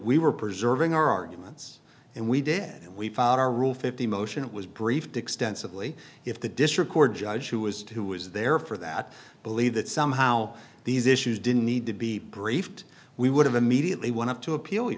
we were preserving our arguments and we did and we found our rule fifty motion it was briefed extensively if the district court judge who was who was there for that believe that somehow these issues didn't need to be briefed we would have immediately want to appeal